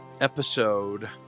episode